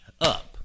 up